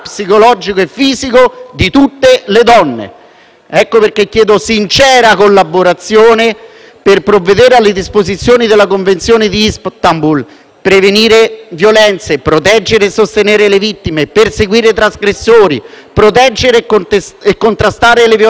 Per questo chiedo sincera collaborazione per provvedere alle disposizioni della Convenzione di Istanbul: prevenire violenze, proteggere e sostenere le vittime, perseguire i trasgressori, contrastare le violenze. Non sottovaluteremo